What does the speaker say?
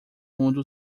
mundo